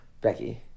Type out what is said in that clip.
Becky